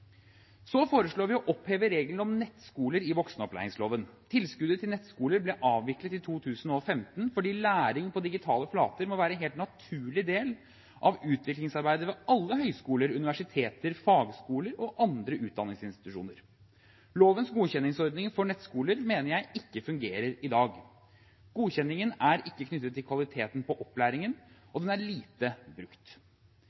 Så foreslår vi å oppheve reglene om nettskoler i voksenopplæringsloven. Tilskuddet til nettskoler ble avviklet i 2015 fordi læring på digitale flater må være en helt naturlig del av utviklingsarbeidet ved alle høyskoler, universiteter, fagskoler og andre utdanningsinstitusjoner. Lovens godkjenningsordning for nettskoler mener jeg ikke fungerer i dag. Godkjenningen er ikke knyttet til kvaliteten på opplæringen,